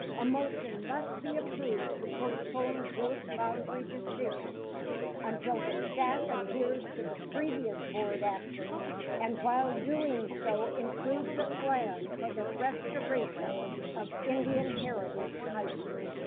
a motion must be approved to postpone growth boundary decisions until the staff adheres to the previous board action and while doing so includes a plan for the restoration of indian heritage high school.